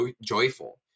joyful